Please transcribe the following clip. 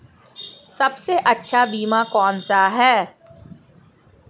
सबसे अच्छा बीमा कौनसा है?